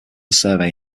survey